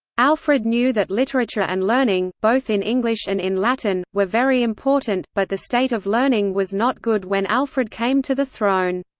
alfred knew that literature and learning, both in english and in latin, were very important, but the state of learning was not good when alfred came to the throne.